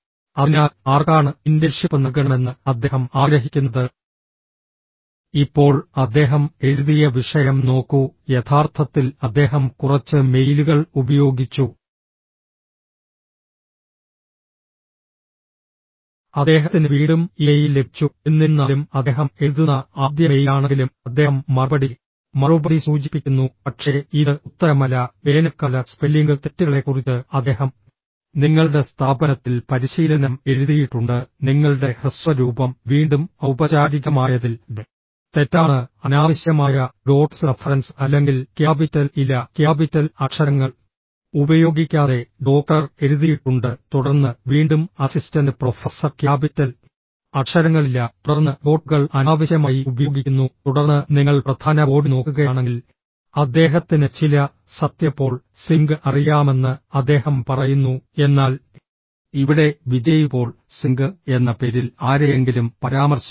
അതിനാൽ ആർക്കാണ് ഇന്റേൺഷിപ്പ് നൽകണമെന്ന് അദ്ദേഹം ആഗ്രഹിക്കുന്നത് ഇപ്പോൾ അദ്ദേഹം എഴുതിയ വിഷയം നോക്കൂ യഥാർത്ഥത്തിൽ അദ്ദേഹം കുറച്ച് മെയിലുകൾ ഉപയോഗിച്ചു അദ്ദേഹത്തിന് വീണ്ടും ഇമെയിൽ ലഭിച്ചു എന്നിരുന്നാലും അദ്ദേഹം എഴുതുന്ന ആദ്യ മെയിലാണെങ്കിലും അദ്ദേഹം മറുപടി മറുപടി സൂചിപ്പിക്കുന്നു പക്ഷേ ഇത് ഉത്തരമല്ല വേനൽക്കാല സ്പെല്ലിംഗ് തെറ്റുകളെക്കുറിച്ച് അദ്ദേഹം നിങ്ങളുടെ സ്ഥാപനത്തിൽ പരിശീലനം എഴുതിയിട്ടുണ്ട് നിങ്ങളുടെ ഹ്രസ്വ രൂപം വീണ്ടും ഔപചാരികമായതിൽ തെറ്റാണ് അനാവശ്യമായ ഡോട്ട്സ് റഫറൻസ് അല്ലെങ്കിൽ ക്യാപിറ്റൽ ഇല്ല ക്യാപിറ്റൽ അക്ഷരങ്ങൾ ഉപയോഗിക്കാതെ ഡോക്ടർ എഴുതിയിട്ടുണ്ട് തുടർന്ന് വീണ്ടും അസിസ്റ്റന്റ് പ്രൊഫസർ ക്യാപിറ്റൽ അക്ഷരങ്ങളില്ല തുടർന്ന് ഡോട്ടുകൾ അനാവശ്യമായി ഉപയോഗിക്കുന്നു തുടർന്ന് നിങ്ങൾ പ്രധാന ബോഡി നോക്കുകയാണെങ്കിൽ അദ്ദേഹത്തിന് ചില സത്യ പോൾ സിംഗ് അറിയാമെന്ന് അദ്ദേഹം പറയുന്നു എന്നാൽ ഇവിടെ വിജയ് പോൾ സിംഗ് എന്ന പേരിൽ ആരെയെങ്കിലും പരാമർശിക്കുന്നു